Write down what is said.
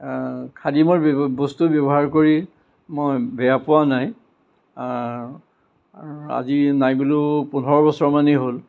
খাদিমৰ বস্তু ব্যৱহাৰ কৰি মই বেয়া পোৱা নাই আজি নাই বুলিও পোন্ধৰ বছৰমানেই হ'ল